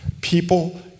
People